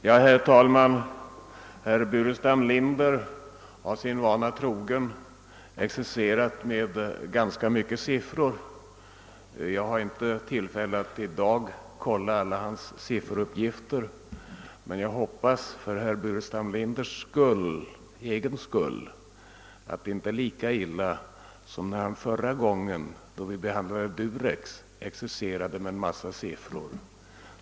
Herr talman! Herr Burenstam Linder har sin vana trogen exercerat med ganska många siffror. Jag har inte tillfälle att i dag kontrollera alla hans sifferuppgifter men hoppas för herr Burenstam Linders egen skull att uppgifterna inte är lika felaktiga som när han förra gången, då vi behandlade Durox exercerade med en mängd siffror.